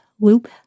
loop